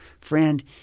friend